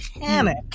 panic